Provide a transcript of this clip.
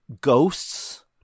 ghosts